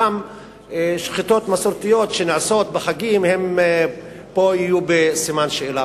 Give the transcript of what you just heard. גם שחיטות מסורתיות שנעשות בחגים יהיו פה בסימן שאלה.